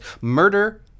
Murder